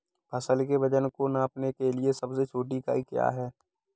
फसल के वजन को नापने के लिए सबसे छोटी इकाई क्या है?